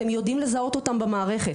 אתם יודעים לזהות אותם במערכת,